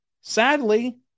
Sadly